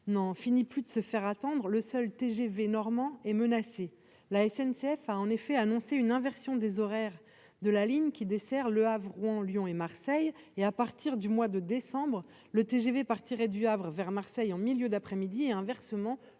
n'en finit plus de se faire attendre le seul TGV normand est menacée, la SNCF a en effet annoncé une inversion des horaires de la ligne qui dessert Le Havre, Rouen, Lyon et Marseille et à partir du mois de décembre, le TGV partirait du Havre vers Marseille, en milieu d'après-midi et, inversement,